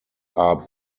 are